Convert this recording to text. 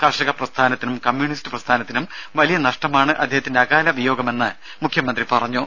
കർഷക പ്രസ്ഥാനത്തിനും കമ്യൂണിസ്റ്റ് പ്രസ്ഥാനത്തിനും വലിയ നഷ്ടമാണ് അദ്ദേഹത്തിന്റെ അകാലവിയോഗമെന്ന് മുഖ്യമന്ത്രി പറഞ്ഞു